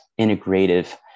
integrative